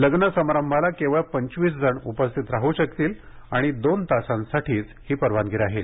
लग्न समारंभाला केवळ पंचवीस जण उपस्थित राहू शकतील आणि दोन तासांसाठीच ही परवानगी राहील